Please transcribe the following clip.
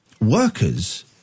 Workers